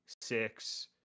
six